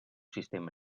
sistema